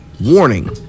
Warning